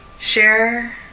share